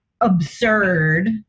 absurd